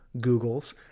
Google's